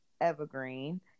evergreen